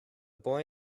boy